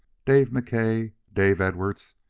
dave mckay, dave edwards,